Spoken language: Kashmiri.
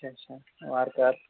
اَچھا اَچھا وارٕکار